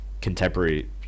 contemporary